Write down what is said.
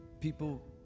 people